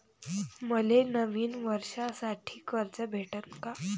मले नवीन वर्षासाठी कर्ज भेटन का?